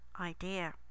idea